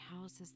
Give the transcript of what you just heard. houses